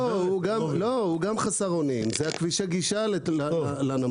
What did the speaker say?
לא, הוא גם חסר אונים, זה כביש הגישה לנמלים.